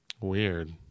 Weird